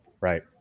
Right